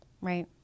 right